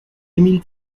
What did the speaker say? émile